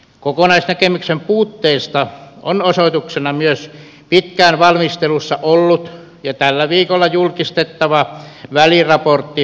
kokonaisnäkemyksen puutteesta on osoituksena myös pitkään valmistelussa ollut ja tällä viikolla julkistettava väliraportti lentoliikennestrategiasta